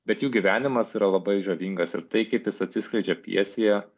bet jų gyvenimas yra labai žavingas ir tai kaip jis atsiskleidžia pjesėje